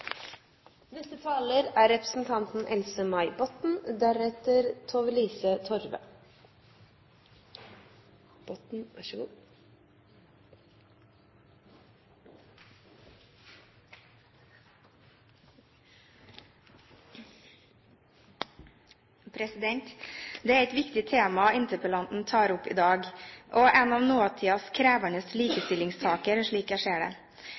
Det er et viktig tema interpellanten tar opp i dag, og en av nåtidens krevende likestillingssaker, slik jeg ser det.